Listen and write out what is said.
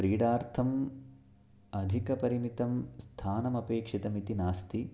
क्रीडार्थम् अधिकपरिमितं स्थानम् अपेक्षितम् इति नास्ति